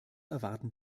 erwarten